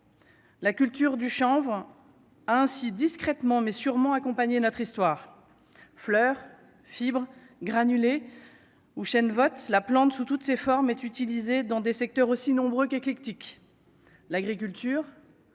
La culture du chanvre a ainsi discrètement mais sûrement accompagner notre histoire fleur fibre granulés ou chaîne votre la plante sous toutes ses formes est utilisé dans des secteurs aussi nombreux qu'éclectique, l'agriculture,